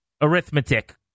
arithmetic